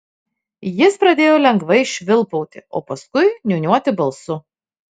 jis pradėjo lengvai švilpauti o paskui niūniuoti balsu